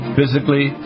Physically